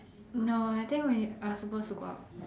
no I think when we are supposed to go out